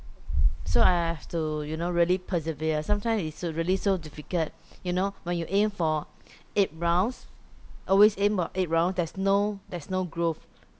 so I have to you know really persevere sometimes it's really so difficult you know when you aim for eight rounds always aim for eight round there's no there's no growth